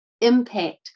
impact